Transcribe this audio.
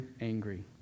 angry